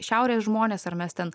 šiaurės žmonės ar mes ten